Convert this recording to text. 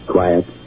Quiet